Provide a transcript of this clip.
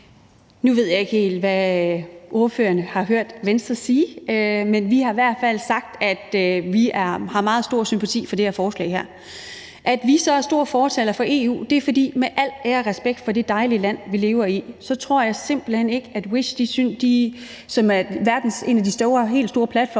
Nu ved jeg ikke helt, hvad ordføreren har hørt Venstre sige, men vi har i hvert fald sagt, at vi har meget stor sympati for det her forslag. At vi så er store fortalere for EU, skyldes jo, at vi med al ære og respekt for det dejlige land, vi lever i, simpelt hen ikke tror, at vi som et lille land kan gøre pokkers